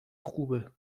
خوبه